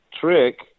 trick